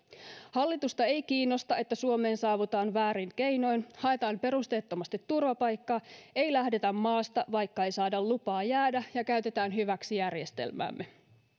hallitusta ei kiinnosta että suomeen saavutaan väärin keinoin haetaan perusteettomasti turvapaikkaa ei lähdetä maasta vaikka ei saada lupaa jäädä ja käytetään hyväksi järjestelmäämme